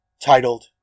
titled